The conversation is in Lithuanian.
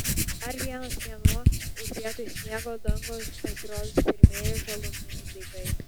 dar vienas mėnuo ir vietoj sniego dangos pasirodys pirmieji žalumynų daigai